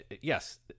yes